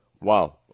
Wow